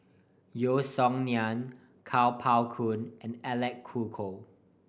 Yeo Song Nian Kuo Pao Kun and Alec Kuok